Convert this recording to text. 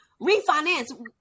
refinance